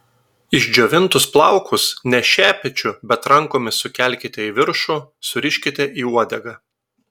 išdžiovintus plaukus ne šepečiu bet rankomis sukelkite į viršų suriškite į uodegą